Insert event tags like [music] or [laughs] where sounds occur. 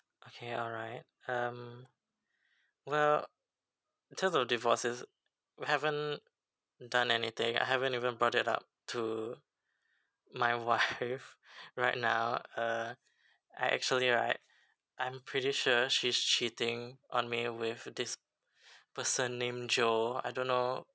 okay alright um well in terms of divorce is haven't done anything I haven't even brought it up to my wife [laughs] [breath] right now uh I actually right I'm pretty sure she's cheating on me with this [breath] person name jo I don't know